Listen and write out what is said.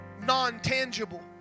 non-tangible